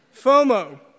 FOMO